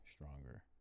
stronger